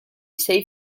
sei